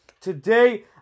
Today